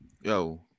Yo